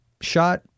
shot